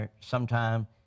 sometime